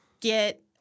get